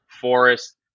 Forest